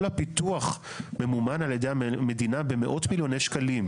כל הפיתוח ממומן על ידי המדינה במאות מיליוני שקלים.